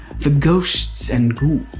the ghosts and ghouls